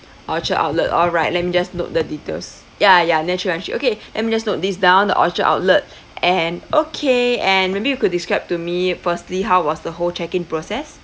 orchard outlet alright let me just note the details ya ya nature [one] okay let me just note this down the orchard outlet and okay and maybe you could describe to me firstly how was the whole check in process